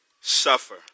suffer